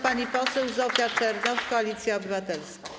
Pani poseł Zofia Czernow, Koalicja Obywatelska.